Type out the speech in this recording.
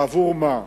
בעבור מה?